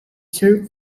served